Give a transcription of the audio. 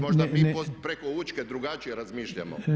Možda mi preko Učke drugačije razmišljamo.